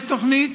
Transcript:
יש תוכנית,